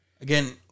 Again